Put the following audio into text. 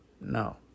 No